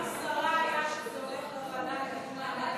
40 חברי כנסת בעד,